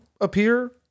appear